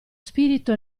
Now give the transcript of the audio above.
spirito